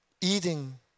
eating